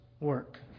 work